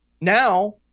now